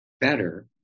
better